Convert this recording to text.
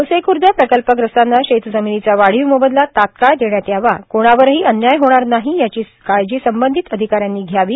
गोसेख्र्द प्रकल्पग्रस्तांना शेतजमिनीचा वाढीव मोबदला तात्काळ देण्यात यावाए कोणवरही अन्याय होणार नाही यांची काळजी संबंधित अधिकाऱ्यांनी घ्यावी